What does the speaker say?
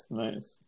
nice